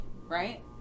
right